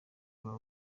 rwa